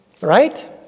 Right